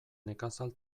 nekazal